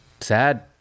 Sad